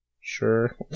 Sure